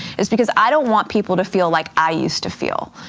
is because i don't want people to feel like i used to feel.